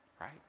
right